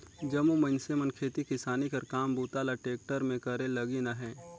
जम्मो मइनसे मन खेती किसानी कर काम बूता ल टेक्टर मे करे लगिन अहे